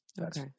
Okay